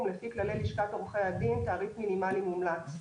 לפי כללי לשכת עורכי הדין תעריף מינימלי מומלץ.